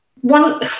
one